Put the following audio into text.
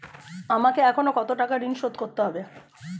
আমাকে এখনো কত টাকা ঋণ শোধ করতে হবে?